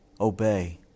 obey